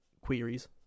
queries